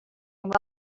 and